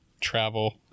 travel